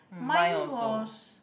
mine was